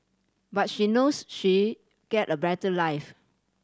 but she knows she get a better life